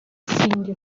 sinjye